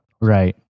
Right